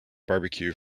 barbecue